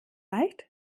reicht